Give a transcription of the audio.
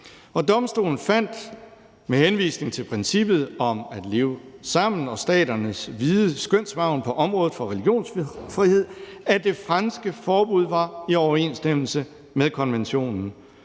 Domstolen fandt med henvisning til princippet om at leve sammen og staternes vide skønsmargen på området for religionsfrihed, at det franske forbud var i overensstemmelse med konventionen.